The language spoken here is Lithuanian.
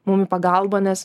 mum į pagalbą nes